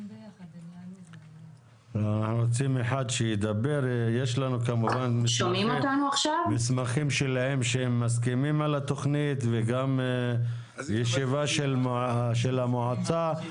יש לנו מסמכים שהם מסכימים לתוכנית וגם ישיבה של המועצה.